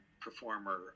performer